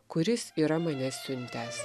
kuris yra mane siuntęs